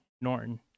Norton